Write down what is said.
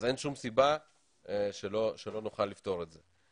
אז אין שום סיבה שלא נוכל לפתור את זה.